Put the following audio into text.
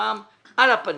מצבם על הפנים.